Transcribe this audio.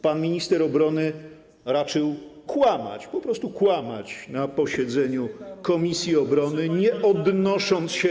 Pan minister obrony raczył kłamać, po prostu kłamać, na posiedzeniu komisji obrony, nie odnosząc się.